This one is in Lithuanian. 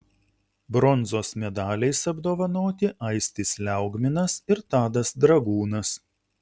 bronzos medaliais apdovanoti aistis liaugminas ir tadas dragūnas